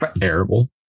terrible